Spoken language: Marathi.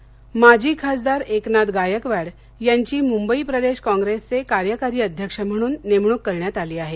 गायकवाड माजी खासदार एकनाथ गायकवाड यांची मुंबई प्रदेश कॉप्रेसचे कार्यकारी अध्यक्ष म्हणून नेमणूक करण्यात आली आहे